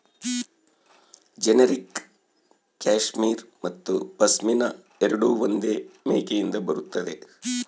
generic cashmere ಮತ್ತು ಪಶ್ಮಿನಾ ಎರಡೂ ಒಂದೇ ಮೇಕೆಯಿಂದ ಬರುತ್ತದೆ